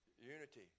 Unity